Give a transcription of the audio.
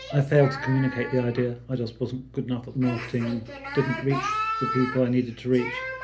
i failed to communicate the idea, i just wasn't good enough at the marketing and didn't reach the people i needed to reach.